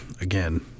again